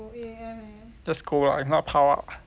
just go lah if not pile up